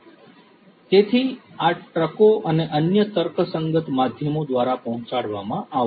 તેથી આ ટ્રકો અને અન્ય તર્કસંગત માધ્યમો દ્વારા પહોંચાડવામાં આવશે